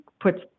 puts